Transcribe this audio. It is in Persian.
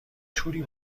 توری